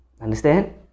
Understand